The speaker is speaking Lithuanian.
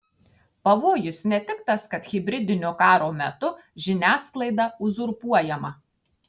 pavojus ne tik tas kad hibridinio karo metu žiniasklaida uzurpuojama